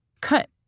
cut